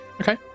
Okay